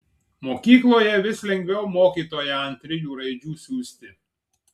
mokykloje vis lengviau mokytoją ant trijų raidžių siųsti